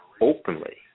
openly